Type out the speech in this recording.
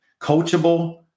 coachable